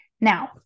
Now